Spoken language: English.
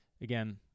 Again